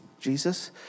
Jesus